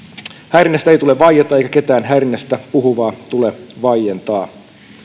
häirinnästä ei tule vaieta eikä ketään häirinnästä puhuvaa tule vaientaa